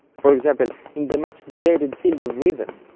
for example in the much debated field of rhythm.